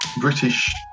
British